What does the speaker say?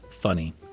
funny